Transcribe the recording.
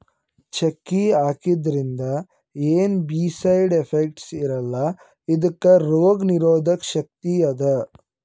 ಚಕ್ಕಿ ಹಾಕಿದ್ರಿಂದ ಏನ್ ಬೀ ಸೈಡ್ ಎಫೆಕ್ಟ್ಸ್ ಇರಲ್ಲಾ ಇದಕ್ಕ್ ರೋಗ್ ನಿರೋಧಕ್ ಶಕ್ತಿ ಅದಾ